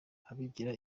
abigira